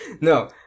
no